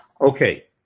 Okay